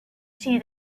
see